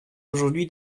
aujourd’hui